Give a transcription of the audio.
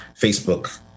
facebook